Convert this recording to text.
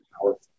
powerful